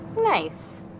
Nice